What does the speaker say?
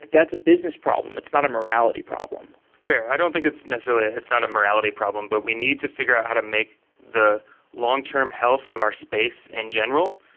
that's a business problem. it's not a morality problem fair. i don't think it's necessarily it's not a morality problem, but we need to figure out how to make the long-term health of our space in general,